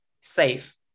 safe